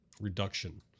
reduction